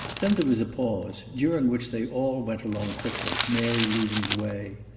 then there was a pause, during which they all went along quickly, mary leading the way.